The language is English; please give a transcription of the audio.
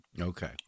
Okay